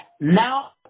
now